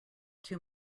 too